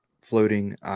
floating